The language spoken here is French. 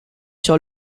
sur